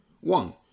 one